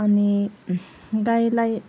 अनि गाईलाई